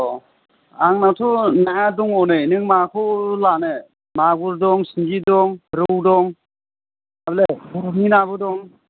ओ आंनाथ' नाया दङ नै नों माखौ लानो मागुर दं सिंगि दं रौ दं बरफनि नाबो दं